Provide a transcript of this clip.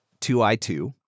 2i2